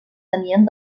tenien